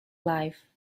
life